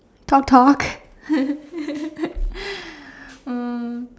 talk talk um